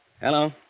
Hello